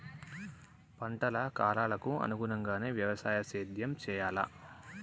పంటల కాలాలకు అనుగుణంగానే వ్యవసాయ సేద్యం చెయ్యాలా?